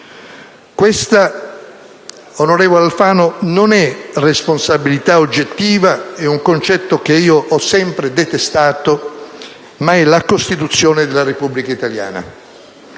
Onorevole Alfano, questa non è responsabilità oggettiva (è un concetto che io ho sempre detestato), ma è la Costituzione della Repubblica italiana.